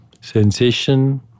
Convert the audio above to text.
Sensation